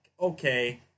okay